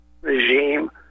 regime